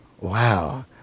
Wow